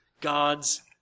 God's